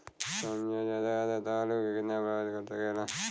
कम या ज्यादा आद्रता आलू के कितना प्रभावित कर सकेला?